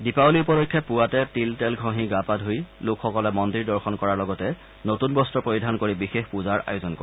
দীপাৱলী উপলক্ষে পুৱাতে তিল তেল ঘহি গা পা ধুই লোকসকলে মন্দিৰ দৰ্শন কৰাৰ লগতে নতৃন বস্ত্ৰ পৰিধান কৰি বিশেষ পজাৰ আয়োজন কৰে